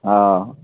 हँ